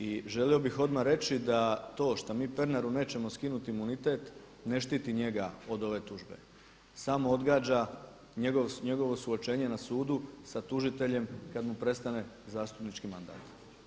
I želio bih odmah reći da to što mi Pernaru nećemo skinuti imunitet ne štiti njega od ove tužbe, samo odgađa njegovo suočenje na sudu sa tužiteljem kada mu prestane zastupnički mandat.